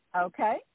okay